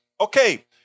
Okay